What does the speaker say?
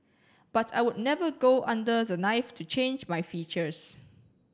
but I would never go under the knife to change my features